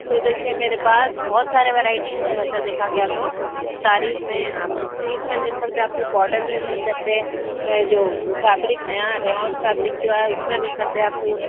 تو دیکھیے میرے پاس بہت سارے ورائٹیز ویسے دیکھا گیا تو ساریز میں آپ کو سلک میں مل سکتا ہے آپ کو کاٹن میں مل سکتے ہیں جو فیبرک نیا ریان فیبرک جو ہے اس میں مل سکتے ہے آپ کو